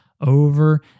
over